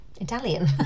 Italian